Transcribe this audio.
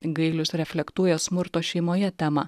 gailius reflektuoja smurto šeimoje temą